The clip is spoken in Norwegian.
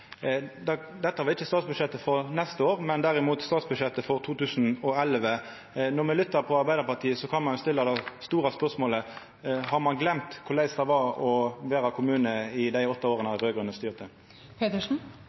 år.» Dette gjaldt ikkje statsbudsjettet for neste år, men derimot statsbudsjettet for 2011. Når me lyttar til Arbeidarpartiet, kan ein stilla det store spørsmålet: Har ein gløymt korleis det var å vera kommune i dei åtte åra